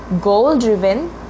goal-driven